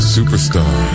Superstar